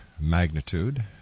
magnitude